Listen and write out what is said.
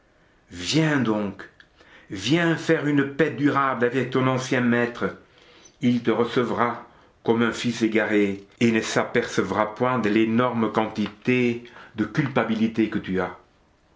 viens donc viens faire une paix durable avec ton ancien maître il te recevra comme un fils égaré et ne s'apercevra point de l'énorme quantité de culpabilité que tu as